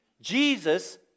Jesus